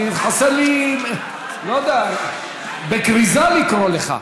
חסר לי, לא יודע, בכריזה לקרוא לך.